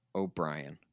O'Brien